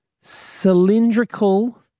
cylindrical